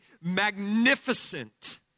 magnificent